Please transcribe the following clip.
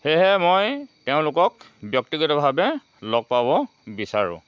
সেয়েহে মই তেওঁলোকক ব্যক্তিগতভাৱে লগ পাব বিচাৰোঁ